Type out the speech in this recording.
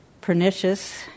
pernicious